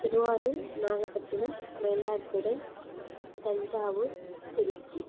Thiruvarur Nagapattinam Mayiladuthurai Thanjavur Trichy